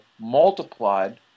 multiplied